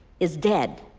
is dead.